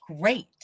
great